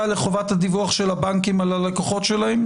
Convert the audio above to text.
לחובת הדיווח של הבנקים על הלקוחות שלהם?